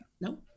no